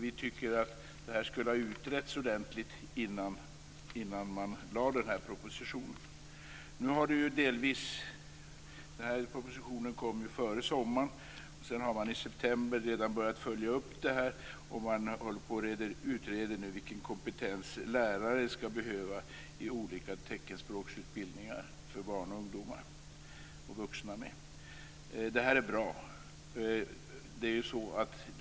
Vi tycker att detta skulle ha utretts ordentligt innan regeringen lade fram propositionen. Propositionen kom före sommaren. Redan i september började man följa upp förslaget. Man utreder nu vilken kompetens lärare skall behöva på olika teckenspråksutbildningar för barn, ungdomar och vuxna. Det är bra.